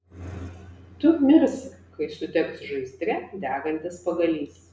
tu mirsi kai sudegs žaizdre degantis pagalys